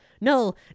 no